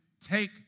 take